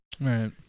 right